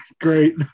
great